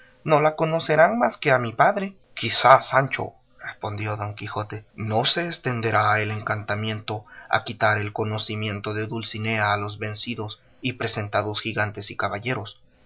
no la conocerán más que a mi padre quizá sancho respondió don quijote no se estenderá el encantamento a quitar el conocimiento de dulcinea a los vencidos y presentados gigantes y caballeros